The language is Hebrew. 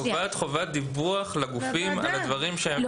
היא קובעת חובת דיווח לגופים על הדברים --- לא,